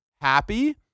happy